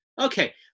okay